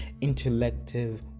intellective